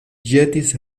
ĵetis